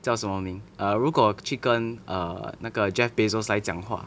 叫什么名 err 如果我去跟 err 那个 jeff bezos 来讲话